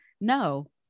no